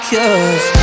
Cause